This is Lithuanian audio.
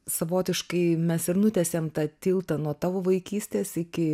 savotiškai mes ir nutiesėm tą tiltą nuo tavo vaikystės iki